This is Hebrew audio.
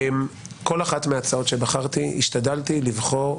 בכל אחת מההצעות שבחרתי,